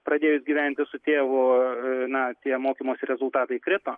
pradėjus gyventi su tėvu na tie mokymosi rezultatai krito